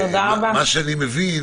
אני מבין